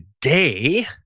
Today